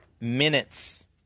Minutes